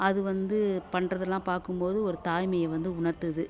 அது வந்து பண்ணுறதெல்லாம் பார்க்கும்போது ஒரு தாய்மையை வந்து உணர்த்துது